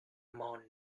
monday